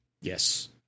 Yes